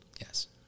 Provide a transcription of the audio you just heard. Yes